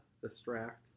distract